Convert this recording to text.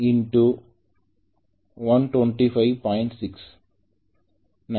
6